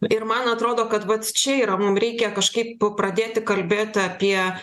ir man atrodo kad vat čia yra mum reikia kažkaip pradėti kalbėti apie